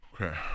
Okay